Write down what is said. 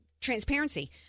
transparency